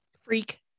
Freak